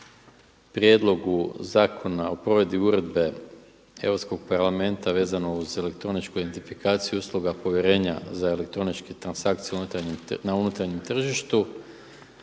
Prijedlogu zakona o provedbi Uredbe Europskog parlamenta vezano uz elektroničku identifikaciju i usluga povjerenja za elektroničke transakcije na unutarnjem tržištu